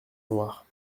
noir